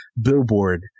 billboard